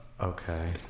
okay